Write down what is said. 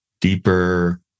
deeper